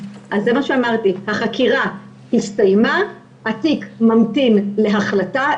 החקירה הסתיימה, התיק ממתין להחלטה.